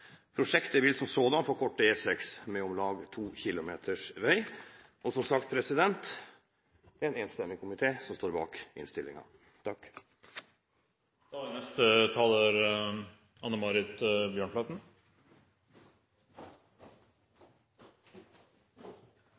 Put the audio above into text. Prosjektet vil som sådan forkorte E6 med om lag 2 km vei, og som sagt er det en enstemmig komité som står bak innstillingen. Som saksordføreren redegjorde for, er